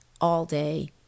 all-day